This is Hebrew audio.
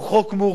הוא חוק מורכב,